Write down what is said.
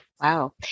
Wow